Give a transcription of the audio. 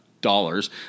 dollars